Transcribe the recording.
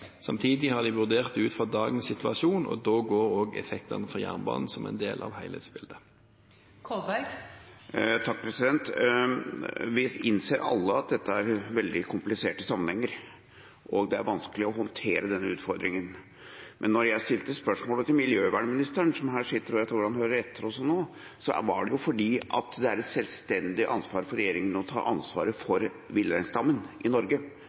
Samtidig har de vurdert ut fra dagens situasjon, og da inngår også effektene fra jernbanen som en del av helhetsbildet. Vi innser alle at dette er veldig kompliserte sammenhenger, og det er vanskelig å håndtere denne utfordringen. Men når jeg stilte spørsmålet til miljøvernministeren, som her sitter, og jeg tror han hører etter også nå, så var det fordi det er et selvstendig ansvar for regjeringen å ta ansvar for villreinstammen i Norge.